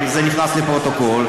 ואם זה נכנס לפרוטוקול,